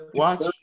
watch